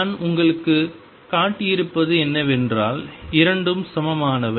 நான் உங்களுக்குக் காட்டியிருப்பது என்னவென்றால் இரண்டும் சமமானவை